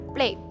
Play